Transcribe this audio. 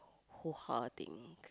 Hoohah thing